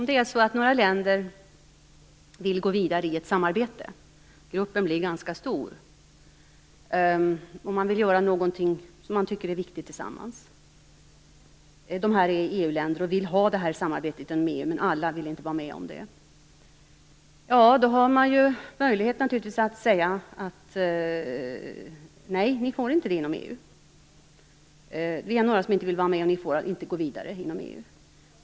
Herr talman! Om några EU-länder vill gå vidare i ett samarbete och göra något viktigt tillsammans, gruppen blir ganska stor, men alla vill inte vara med om detta, finns det en möjlighet att säga nej. Några vill inte vara med, och de övriga får inte gå vidare inom EU.